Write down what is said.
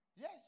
Yes